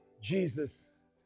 Jesus